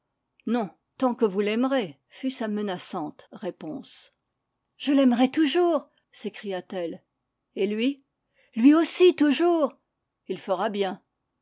non tant que vous l'aimerez fut sa menaçante réponse je l'aimerai toujours s'écria-t-elle et lui lui aussi toujours il fera bien